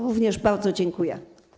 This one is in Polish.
Również bardzo dziękuję.